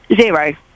Zero